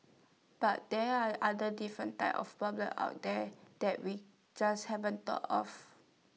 but there are other different type of problems out there that we just haven't thought of